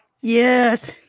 Yes